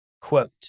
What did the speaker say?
Quote